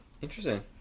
interesting